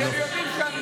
למה?